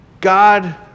God